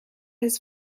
his